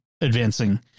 advancing